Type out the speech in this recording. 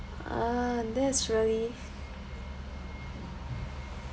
uh that is really